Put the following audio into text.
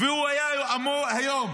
והוא היה אמור היום